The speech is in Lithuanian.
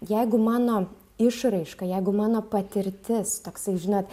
jeigu mano išraiška jeigu mano patirtis toksai žinot